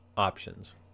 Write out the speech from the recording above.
options